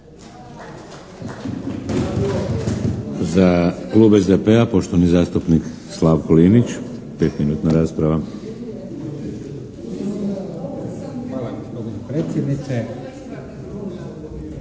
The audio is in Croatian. Za klub SDP-a poštovani zastupnik Slavko Linić, pet minutna rasprava. **Linić,